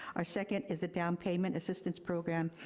our second is the downpayment assistance program,